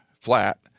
flat